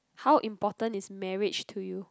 how important is marriage to you